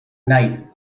night